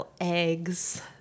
eggs